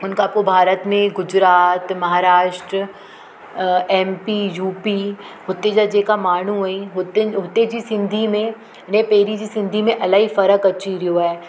उनखां पोइ भारत में गुजरात महाराष्ट्र अ एम पी यू पी हुते जा जेका माण्हू आहिनि हुते जी सिंधी में ने पहिरीं जी सिंधी में इलाही फ़र्क अची वियो आहे